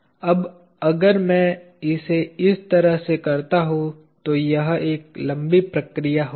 अब अगर मैं इसे इस तरह से करता हूं तो यह एक लंबी प्रक्रिया होगी